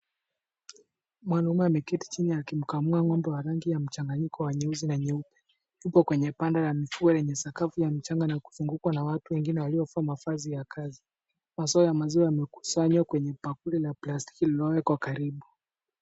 Mwanaume ameketi chini akimkamua ng'ombe wa rangi ya mchanganyiko wa nyeusi na nyeupe, hapo kwenye panda la mvua lenye sakafu ya mchanga na kuzungukwa na watu wengine waliovaa mavazi ya kazi. Maziwa ya maziwa yamekusanywa kwenye bakuli la plastiki lililowekwa karibu.